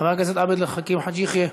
חבר הכנסת עבד אל חכים חאג' יחיא,